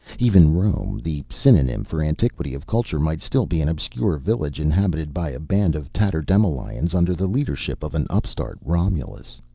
even rome, the synonym for antiquity of culture, might still be an obscure village inhabited by a band of tatterdemalions under the leadership of an upstart romulus.